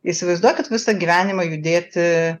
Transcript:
įsivaizduokit visą gyvenimą judėti